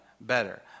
better